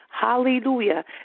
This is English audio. hallelujah